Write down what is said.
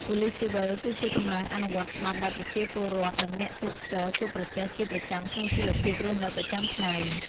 ប៉ូលិសស៊ីវិលគឺជាកម្លាំងអនុវត្តច្បាប់ដែលប្រជាពលរដ្ឋ និងអ្នកទេសចរជួបប្រទះជាប្រចាំក្នុងជីវភាពរស់នៅប្រចាំថ្ងៃ។